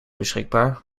beschikbaar